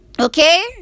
Okay